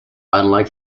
unlike